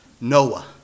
Noah